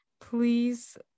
please